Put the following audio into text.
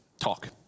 talk